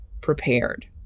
prepared